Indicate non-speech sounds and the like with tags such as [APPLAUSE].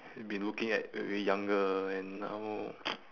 been looking at when we were younger and now [NOISE]